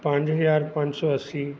ਪੰਜ ਹਜ਼ਾਰ ਪੰਜ ਸੌ ਅੱਸੀ